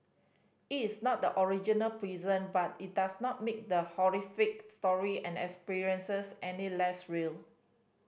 it is not the original prison but it does not make the horrific story and experiences any less real